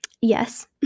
Yes